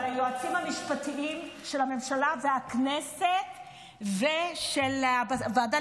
אבל היועצים המשפטיים של הממשלה והכנסת ושל הוועדה